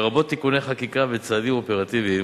לרבות תיקוני חקיקה וצעדים אופרטיביים.